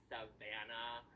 Savannah